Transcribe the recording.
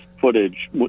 footage